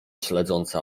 śledząca